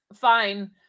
fine